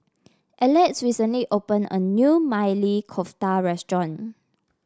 Alex recently opened a new Maili Kofta Restaurant